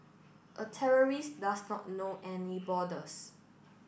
a terrorist does not know any borders